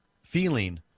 feeling